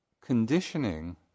conditioning